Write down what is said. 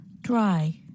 Dry